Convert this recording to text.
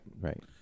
right